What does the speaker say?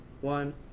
one